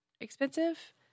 expensive